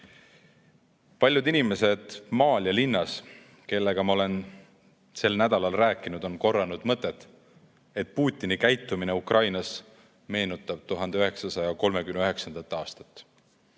inimesed maal ja linnas, kellega ma olen sel nädalal rääkinud, on korranud mõtet, et Putini käitumine Ukrainas meenutab 1939. aastat.